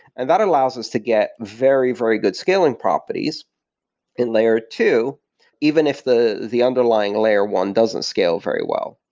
and that allows us to get very, very good scaling properties in layer two even if the the underlying layer one doesn't scale very well.